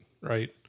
right